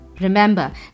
Remember